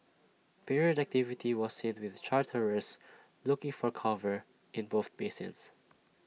period activity was seen with charterers looking for cover in both basins